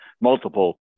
multiple